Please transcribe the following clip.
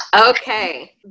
Okay